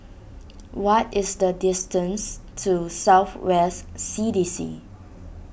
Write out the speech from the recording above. what is the distance to South West C D C